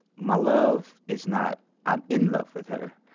my love is not i'm in love with her.